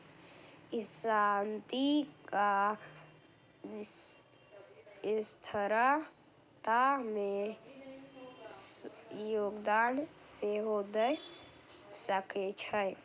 ई शांति आ स्थिरता मे योगदान सेहो दए सकै छै